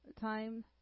time